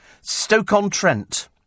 Stoke-on-Trent